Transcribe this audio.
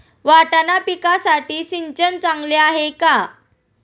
वाटाणा पिकासाठी सिंचन चांगले आहे का?